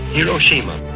Hiroshima